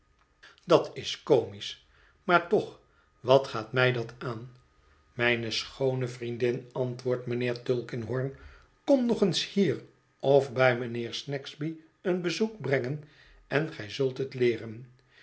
dat is comisch maar toch wat gaat mij dat aan mijne schoone vriendin antwoordt mijnheer tulkinghorn kom nog eens hier of bij mijnheer snagsby een bezoek brengen en gij zult het leeren